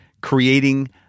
creating